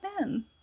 men